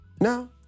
now